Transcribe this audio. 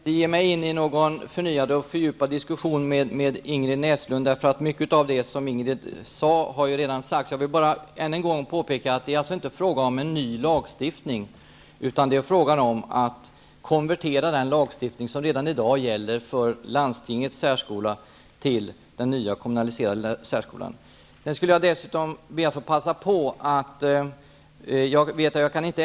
Herr talman! Jag vill inte ge mig in i någon förnyad och fördjupad diskussion med Ingrid Näslund. Mycket av det hon sade har redan sagts. Jag vill bara än en gång påpeka att det inte är fråga om en ny lagstiftning. Det är fråga om att konvertera den lagstiftning som gäller i dag för landstingets särskola till den nya kommunaliserade särskolan. Jag skulle dessutom vilja passa på att göra ett förtydligande.